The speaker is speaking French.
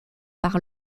par